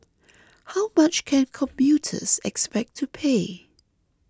how much can commuters expect to pay